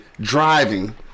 driving